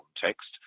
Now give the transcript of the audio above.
context